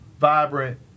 vibrant